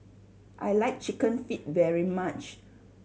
I like Chicken Feet very much